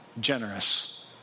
generous